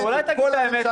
אבל אולי תגיד את האמת.